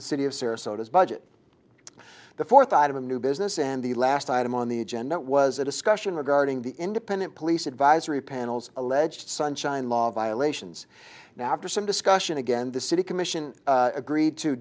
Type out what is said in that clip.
sarasota budget the fourth item a new business and the last item on the agenda was a discussion regarding the independent police advisory panels alleged sunshine law violations now after some discussion again the city commission agreed to